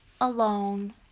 alone